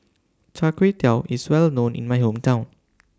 Char Kway Teow IS Well known in My Hometown